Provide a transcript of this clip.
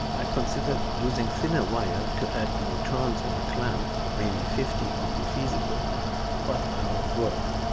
i considered using thinner wire to add more turns on the clamp maybe fifty would be feasible but a lot of work.